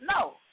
No